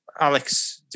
Alex